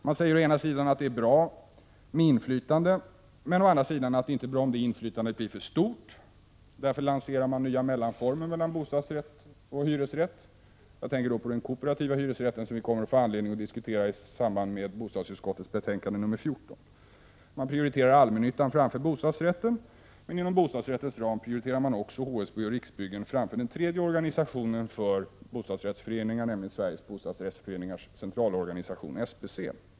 Man säger å ena sidan att det är bra med inflytande, å andra sidan att det inte är bra om det inflytandet blir för stort. Därför lanserar man nya mellanformer mellan bostadsrätt och hyresrätt. Jag tänker på den kooperativa hyresrätten, som vi kommer att få diskutera med anledning av bostadsutskottets betänkande nr 14. Man prioriterar allmännyttan framför bostadsrätten, men inom bostadsrättens ram prioriterar man även HSB och Riksbyggen framför den tredje organisationen för bostadsrättsföreningar, nämligen Sveriges bostadsrättsföreningars centralorganisation, SBC.